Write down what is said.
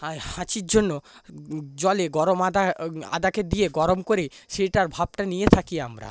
হাঁচির জন্য জলে গরম আদা আদাকে দিয়ে গরম করে সেটার ভাপটা নিয়ে থাকি আমরা